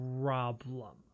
problem